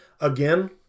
Again